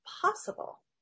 possible